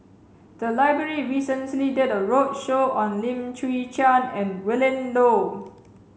the library recently did a roadshow on Lim Chwee Chian and Willin Low